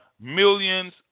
millions